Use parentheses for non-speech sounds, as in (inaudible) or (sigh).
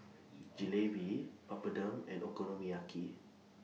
(noise) Jalebi Papadum and Okonomiyaki